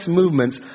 movements